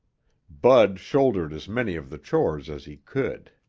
bud shouldered as many of the chores as he could.